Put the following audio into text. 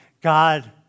God